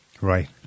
Right